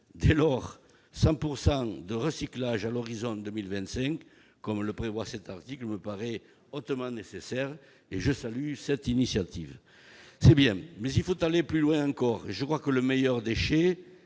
Dès lors, 100 % de recyclage à l'horizon de 2025, comme le prévoit cet article, me paraît hautement nécessaire, et je salue cette initiative. C'est bien, mais il faut aller plus loin encore. Le meilleur déchet